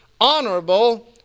honorable